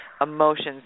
Emotions